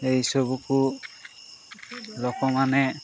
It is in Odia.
ଏଇ ସବୁକୁ ଲୋକମାନେ